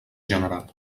general